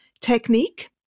technique